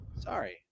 Sorry